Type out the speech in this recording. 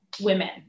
women